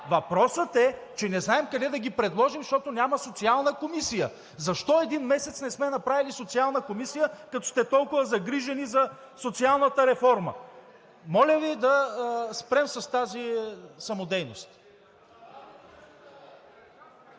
Въпросът е, че не знаем къде да ги предложим, защото няма Социална комисия. Защо един месец не сме направили Социална комисия, като сте толкова загрижени за социалната реформа? Моля Ви да спрем с тази самодейност.